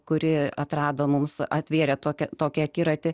kuri atrado mums atvėrė tokią tokią akiratį